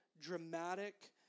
dramatic